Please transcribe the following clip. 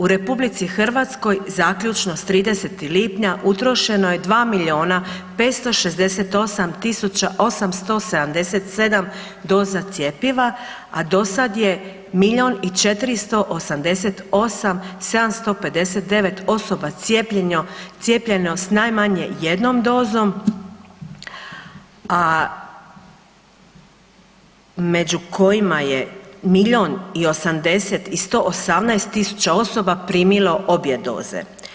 U RH zaključno s 30. lipnja utrošeno je 2 milijuna 568 tisuća 877 doza cjepiva, a dosad je milijun i 488.759 osoba cijepljeno s najmanje jednom dozom, a među kojima je milijun i 80 i 118 tisuća osoba primilo obje doze.